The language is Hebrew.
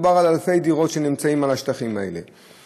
מדובר על אלפי דירות שנמצאות על השטחים האלה.